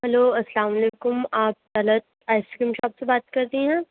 hello السّلام علیکم آپ طلعت آئس کریم شاپ سے بات کر رہی ہیں